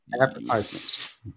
advertisements